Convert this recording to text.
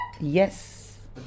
Yes